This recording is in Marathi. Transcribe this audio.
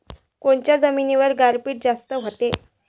कोनच्या जमिनीवर गारपीट जास्त व्हते?